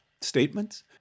statements